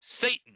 satan